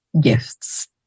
gifts